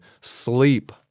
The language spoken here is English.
sleep